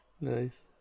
Nice